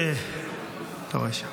אי-אפשר.